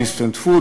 אינסטנט-פוד,